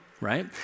right